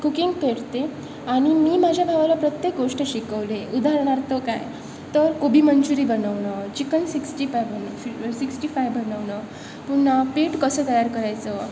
cooking करते आणि मी माझ्या भावाला प्रत्येक गोष्ट शिकवली आहे उदाहरणार्थ काय तर कोबी मंचुरी बनवणं चिकन सिक्स्टी सिक्स्टी फाय बनवणं पुन्हा पीठ कसं तयार करायचं